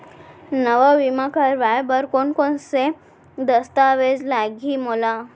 नवा बीमा करवाय बर कोन कोन स दस्तावेज लागही मोला?